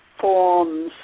forms